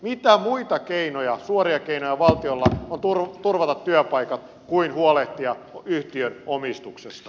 mitä muita keinoja suoria keinoja valtiolla on turvata työpaikat kuin huolehtia yhtiön omistuksesta